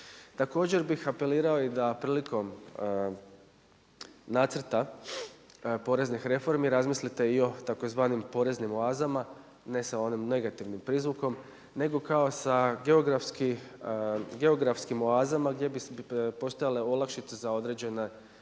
Također bih apelirao da i prilikom nacrta poreznih reformi razmislite i o tzv. poreznim oazama, ne sa onim negativnim prizvukom nego kao sa geografskim oazama gdje bi postojale olakšice za određene djelatnosti,